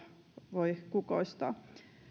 voi kukoistaa